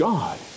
God